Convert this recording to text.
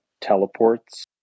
teleports